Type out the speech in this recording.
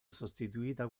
sostituita